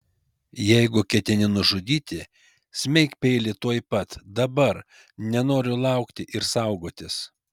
jeigu ketini nužudyti smeik peilį tuojau pat dabar nenoriu laukti ir saugotis